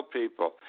people